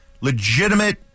legitimate